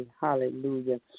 hallelujah